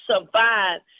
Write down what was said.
survive